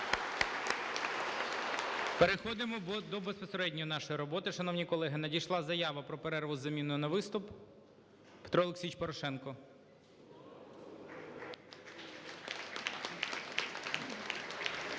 Переходимо до безпосередньої нашої роботи, шановні колеги. Надійшла заява про перерву з заміною на виступ. Петро Олексійович Порошенко. (Оплески)